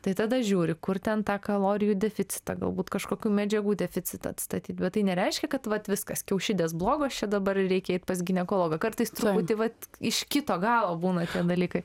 tai tada žiūri kur ten tą kalorijų deficitą galbūt kažkokių medžiagų deficitą atstatyt bet tai nereiškia kad vat viskas kiaušidės blogos čia dabar ir reikia eit pas ginekologą kartais truputį vat iš kito galo būna tie dalykai